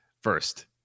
first